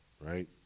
Right